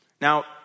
Now